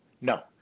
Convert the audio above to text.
No